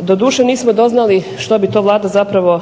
Doduše nismo doznali što bi to Vlada zapravo,